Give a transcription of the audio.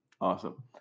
Awesome